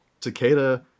Takeda